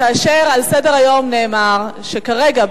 ובסדר-היום נאמר שכרגע,